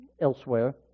elsewhere